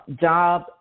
job